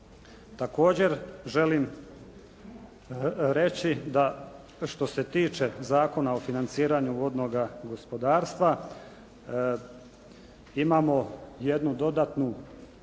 Također želim reći da što se tiče Zakona o financiranju vodnoga gospodarstva imamo jednu dodatnu